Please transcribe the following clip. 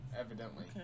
Evidently